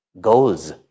goals